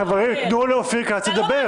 חברים, תנו לאופיר כץ לדבר.